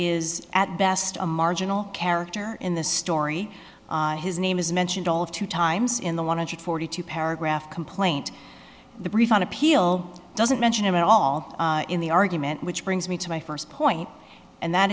is at best a marginal character in the story his name is mentioned all of two times in the one hundred forty two paragraph complaint the brief on appeal doesn't mention him at all in the argument which brings me to my first point and that